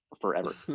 forever